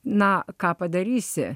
na ką padarysi